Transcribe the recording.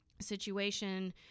situation